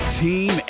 team